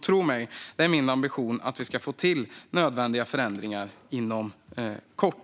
Tro mig, det är min ambition att vi ska få till nödvändiga förändringar inom kort.